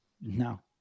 No